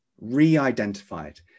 re-identified